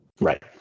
right